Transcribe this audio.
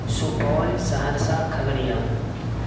Supaul Saharsa Khagaria